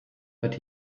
but